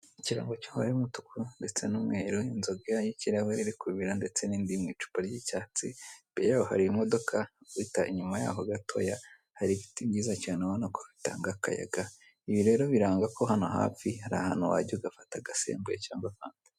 Ikirango kiri mu mabara y'umutuku ndetse n'umweru, inzoga y'ikirahure iri kubira ndetse n'indi iri mu icupa ry'icyatsi, imbere y'aho hari imodoka, uhita inyuma yaho gatoya hari ibiti byiza cyane; urabona ko bitanga akayaga. Ibi rero biranga ko hano hafi, hari ahantu wajya ugafata agasembuye cyangwa fanta.